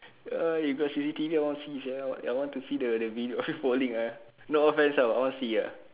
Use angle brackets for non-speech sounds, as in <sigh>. ah you got C_C_T_V I want see sia eh I want to see the the <noise> video falling uh no offence uh I want see uh